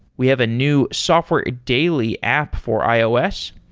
we have a new software daily app for ios.